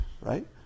right